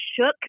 shook